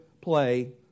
play